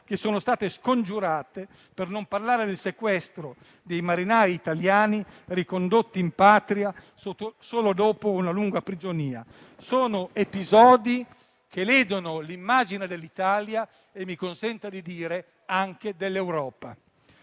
militare italiana, per non parlare del sequestro dei marinai italiani ricondotti in Patria solo dopo una lunga prigionia. Sono episodi che ledono l'immagine dell'Italia e - mi si consenta di dire - anche dell'Europa.